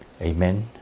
amen